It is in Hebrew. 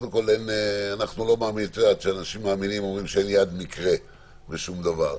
את יודעת שאנשים מאמינים אומרים שאין יד מקרה בשום דבר.